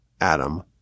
Adam